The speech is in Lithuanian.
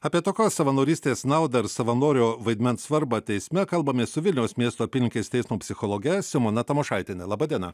apie tokios savanorystės naudą ir savanorio vaidmens svarbą teisme kalbamės su vilniaus miesto apylinkės teismo psichologe simona tamošaitiene laba diena